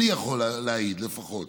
אני יכול להעיד לפחות